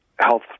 health